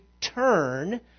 turn